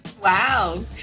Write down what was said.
Wow